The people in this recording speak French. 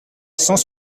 cent